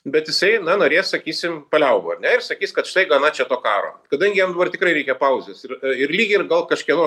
bet jisai na norės sakysim paliaubų ar ne ir sakys kad štai gana čia to karo kadangi jam dabar tikrai reikia pauzės ir ir lyg ir gal kažkieno